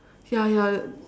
ya ya